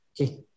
okay